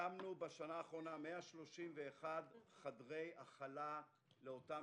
הקמנו בשנה האחרונה 131 חדרי הכלה לאותם